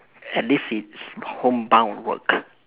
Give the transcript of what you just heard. at least it's homebound work